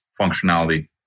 functionality